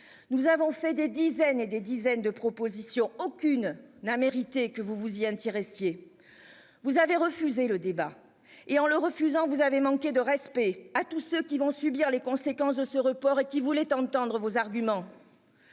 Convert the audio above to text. Nous avons fait des dizaines et des dizaines de propositions, aucune n'a mérité que vous vous y intéressiez. Vous avez refusé le débat et, en le refusant vous avez manqué de respect à tous ceux qui vont subir les conséquences de ce report et qu'qui voulait entendre vos arguments.